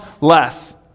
less